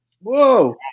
Whoa